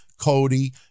Cody